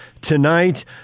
tonight